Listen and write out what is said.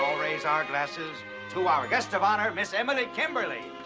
raise our glasses to our guest of honour miss emily kimberly